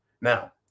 Now